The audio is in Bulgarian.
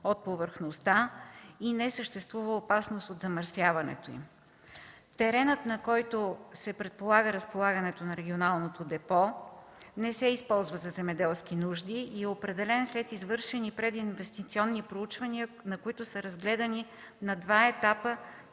от повърхността и не съществува опасност от замърсяването им. Теренът, на който се предполага разполагането на регионалното депо, не се използва за земеделски нужди и е определен след извършени прединвестиционни проучвания, на които са разгледани на два етапа